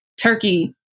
turkey